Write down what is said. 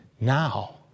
now